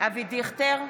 אבי דיכטר,